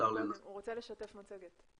מראש אבל